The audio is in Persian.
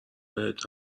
بهت